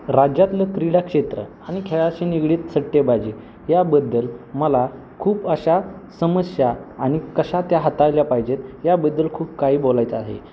राज्यातलं क्रीडाक्षेत्र आणि खेळाशी निगडीत सट्टेबाजी याबद्दल मला खूप अशा समस्या आणि कशा त्या हाताळल्या पाहिजेत याबद्दल खूप काही बोलायचं आहे